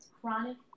chronic